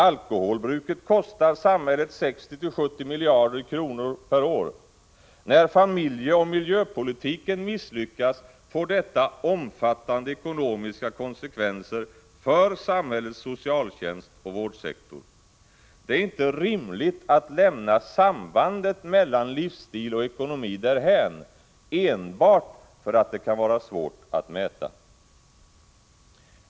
Alkoholbruket kostar samhället 60-70 miljarder kronor per år. När familjeoch miljöpolitiken misslyckas får detta omfattande ekonomiska konsekvenser för samhällets socialtjänst och vårdsektor. Det är inte rimligt att lämna sambandet mellan livsstil och ekonomi därhän enbart för att det kan vara svårt att mäta.